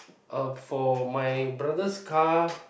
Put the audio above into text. uh for my brother's car